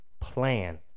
plan